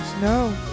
No